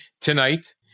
tonight